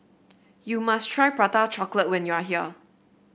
you must try Prata Chocolate when you are here